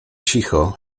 cicho